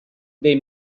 dei